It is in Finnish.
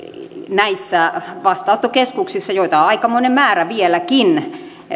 näissä vastaanottokeskuksissa joita on on aikamoinen määrä vieläkin